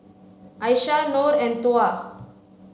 Aishah Nor and Tuah